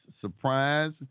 surprise